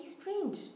strange